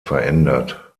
verändert